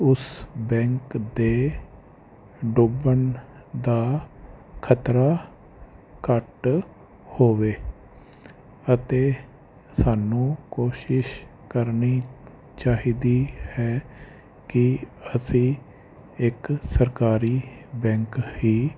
ਉਸ ਬੈਂਕ ਦੇ ਡੋਬਣ ਦਾ ਖਤਰਾ ਘੱਟ ਹੋਵੇ ਅਤੇ ਸਾਨੂੰ ਕੋਸ਼ਿਸ਼ ਕਰਨੀ ਚਾਹੀਦੀ ਹੈ ਕਿ ਅਸੀਂ ਇੱਕ ਸਰਕਾਰੀ ਬੈਂਕ ਹੀ